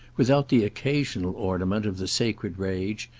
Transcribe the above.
without the occasional ornament of the sacred rage,